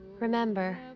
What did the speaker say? Remember